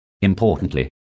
Importantly